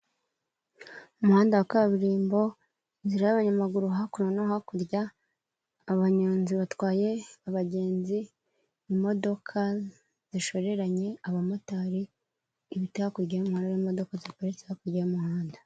Umuhanda wa kaburimbo, inzira y'abanyamaguru hakuno no hakurya, abanyonzi batwaye abagenzi, imodoka zishoreranye, abamotari, ibiti hakurya n'inyuma hariho imodoka ziparitse hakurya y'umuhanda.